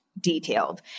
detailed